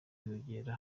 kwiyongera